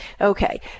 Okay